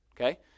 Okay